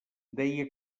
deia